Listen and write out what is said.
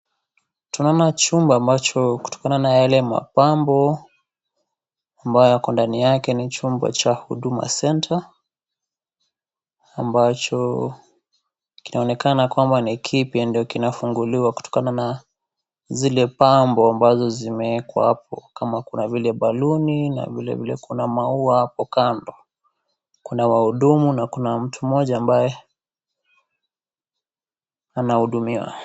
Tunaona chumba ambacho kutokana na yale mapambo ambayo yako ndani yake ni chumba cha Huduma Center , ambacho kinaonekana kwamba ni kipya ndio kinafunguliwa kutokana na zile pambo ambazo zimeekwa hapo kama kuna vile baluni na vilevile kuna maua hapo kando, kuna wahudumu na kuna mtu mmoja ambaye anahudumiwa.